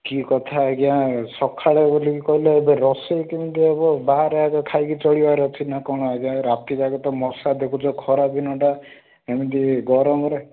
କି କଥା ଆଜ୍ଞା ସଖାଳେ ବୋଲିକି କହିଲେ ଏବେ ରୋଷେଇ କେମିତି ହେବ ବାହାରେ ଏକା ଖାଇକି ଚଳିବାର ଅଛି ନା କ'ଣ ଆଜ୍ଞା ରାତି ଯାକ ତ ମଶା ଦେଖୁଛ ଖରା ଦିନଟା ଏମିତି ଗରମରେ